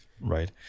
right